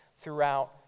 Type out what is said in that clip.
throughout